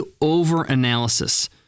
over-analysis